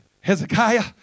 Hezekiah